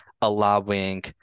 allowing